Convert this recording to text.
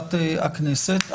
לוועדת הכנסת.